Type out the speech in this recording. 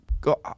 got